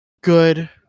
good